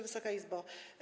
Wysoka Izbo!